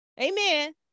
Amen